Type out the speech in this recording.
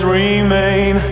remain